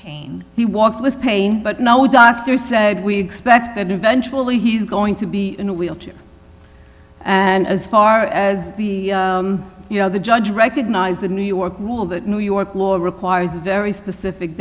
pain he walked with pain but no doctor said we expect that eventually he's going to be in a wheelchair and as far as the you know the judge recognized the new york rule that new york law requires very specific